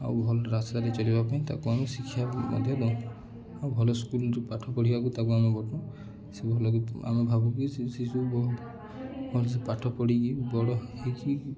ଆଉ ଭଲ ରାସ୍ତା ଚାଲିବା ପାଇଁ ତାକୁ ଆମେ ଶିକ୍ଷା ମଧ୍ୟ ଦେଉ ଆଉ ଭଲ ସ୍କୁଲରୁ ପାଠ ପଢ଼ିବାକୁ ତାକୁ ଆମେ ବାଟ ସେ ଭଲ ଆମେ ଭାବୁ କିି ଶସବୁ ବ ଭଲ ପାଠ ପଢ଼ିକି ବଡ଼ ହୋଇକି